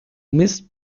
mist